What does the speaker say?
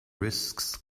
risks